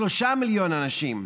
שלושה מיליון אנשים.